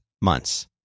months